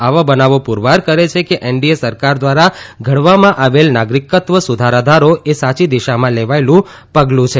આવા બનાવો પુરવાર કરે છે કે એનડીએ સરકાર દ્વારા ઘડવામાં આવેલ નાગરિકત્વ સુધારા ધારો એ સાચી દિશામાં લેવાયેલું પગલું છે